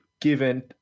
given